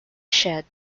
shed